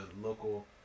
local